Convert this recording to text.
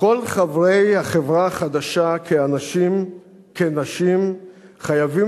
"כל חברי החברה החדשה כאנשים כנשים חייבים